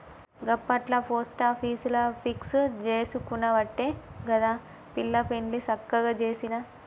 గప్పట్ల పోస్టాపీసుల ఫిక్స్ జేసుకునవట్టే గదా పిల్ల పెండ్లి సక్కగ జేసిన